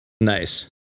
Nice